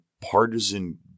partisan